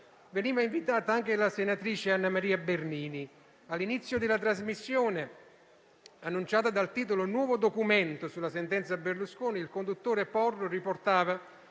veniva invitata anche la senatrice Anna Maria Bernini. All'inizio della trasmissione, annunciata dal titolo «Nuovo documento sulla sentenza Berlusconi», il conduttore Porro riportava,